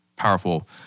powerful